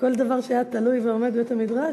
שכל דבר שהיה תלוי ועומד בבית-המדרש,